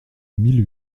mille